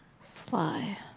Fly